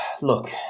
Look